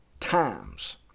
times